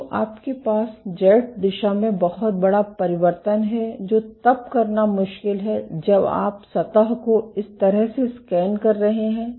तो आपके पास जेड दिशा में बहुत बड़ा परिवर्तन है जो तब करना मुश्किल है जब आप सतह को इस तरह से स्कैन कर रहे हैं